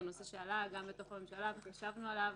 זה נושא שעלה גם בתוך הממשלה וחשבנו עליו,